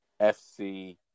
FC